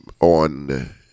on